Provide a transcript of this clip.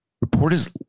Reporters